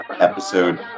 episode